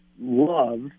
love